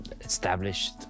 established